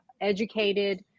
educated